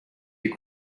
you